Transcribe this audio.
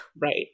Right